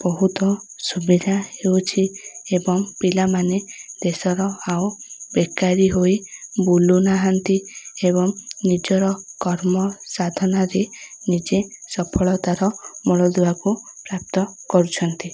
ବହୁତ ସୁବିଧା ହେଉଛି ଏବଂ ପିଲାମାନେ ଦେଶର ଆଉ ବେକାରୀ ହୋଇ ବୁଲୁ ନାହାନ୍ତି ଏବଂ ନିଜର କର୍ମସାଧନାରେ ନିଜେ ସଫଳତାର ମୂଳଦୁଆକୁ ପ୍ରାପ୍ତ କରୁଛନ୍ତି